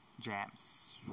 jams